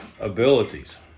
abilities